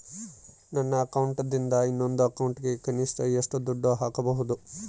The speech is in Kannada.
ನನ್ನ ಅಕೌಂಟಿಂದ ಇನ್ನೊಂದು ಅಕೌಂಟಿಗೆ ಕನಿಷ್ಟ ಎಷ್ಟು ದುಡ್ಡು ಹಾಕಬಹುದು?